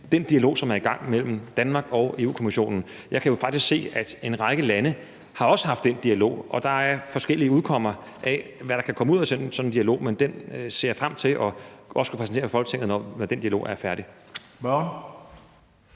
den dialog, som er i gang mellem Danmark og Europa-Kommissionen. Jeg kan jo faktisk se, at en række lande også har haft den dialog, og der kan komme forskellige ting ud af sådan en dialog, men den ser jeg frem til også at kunne præsentere for Folketinget, når den dialog er færdig.